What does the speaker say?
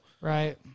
Right